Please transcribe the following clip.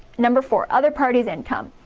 number four other party's income.